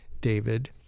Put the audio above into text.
David